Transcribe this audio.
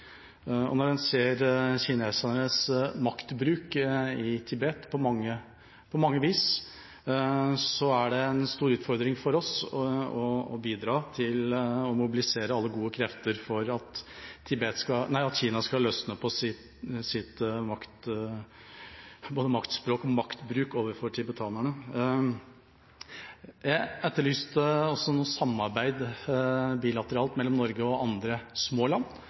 ikke-vold. Når en ser kinesernes maktbruk i Tibet – på mange vis – er det en stor utfordring for oss å bidra til å mobilisere alle gode krefter for at Kina skal løsne på sin maktbruk overfor tibetanerne. Jeg etterlyste også noe bilateralt samarbeid mellom Norge og andre små land